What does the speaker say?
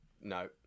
No